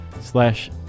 slash